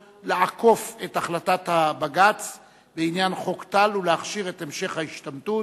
לעקוף את החלטת הבג"ץ בעניין חוק טל ולהכשיר את המשך ההשתמטות,